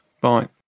Bye